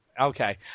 Okay